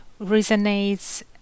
resonates